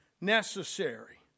necessary